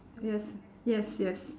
yes yes yes